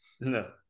No